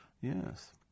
Yes